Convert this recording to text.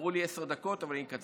אמרו לי עשר דקות, אבל אני אקצר.